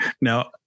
Now